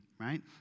right